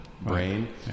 brain